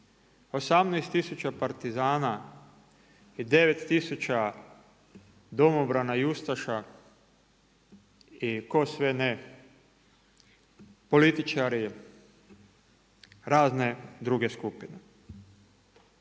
18000 partizana i 9000 domobrana i ustaša i tko sve ne, političari, razne druge skupine.